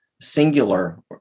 singular